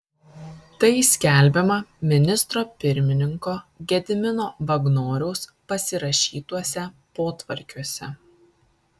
tai skelbiama ministro pirmininko gedimino vagnoriaus pasirašytuose potvarkiuose